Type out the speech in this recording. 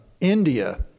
India